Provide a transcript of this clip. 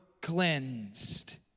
cleansed